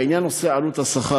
3. בנושא עלות השכר,